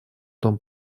том